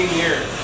years